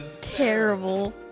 terrible